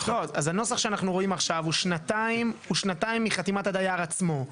אז הנוסח שאנחנו רואים עכשיו הוא שנתיים מחתימת הדייר עצמו.